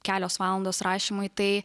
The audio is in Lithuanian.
kelios valandos rašymui tai